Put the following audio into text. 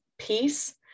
Peace